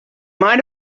mind